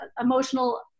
emotional